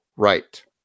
right